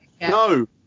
No